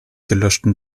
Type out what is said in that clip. gelöschten